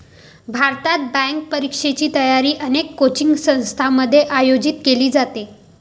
भारतात, बँक परीक्षेची तयारी अनेक कोचिंग संस्थांमध्ये आयोजित केली जाते